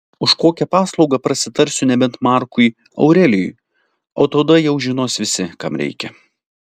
už kokią paslaugą prasitarsiu nebent markui aurelijui o tada jau žinos visi kam reikia